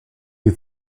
you